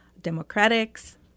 Democrats